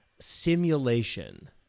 simulation